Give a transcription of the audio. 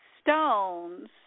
stones